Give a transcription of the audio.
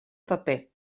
paper